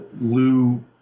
Lou